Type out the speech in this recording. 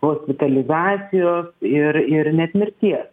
hospitalizacijos ir ir net mirties